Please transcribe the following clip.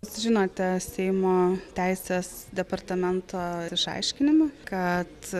žinote seimo teisės departamento ir išaiškinimą kad